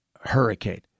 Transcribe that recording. hurricane